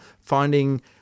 finding